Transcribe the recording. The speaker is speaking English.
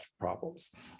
problems